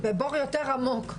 בבור יותר עמוק.